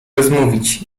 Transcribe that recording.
rozmówić